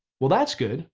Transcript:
well that's good.